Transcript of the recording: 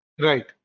Right